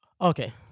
okay